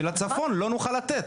שלצפון לא נוכל לתת.